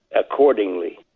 accordingly